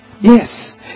Yes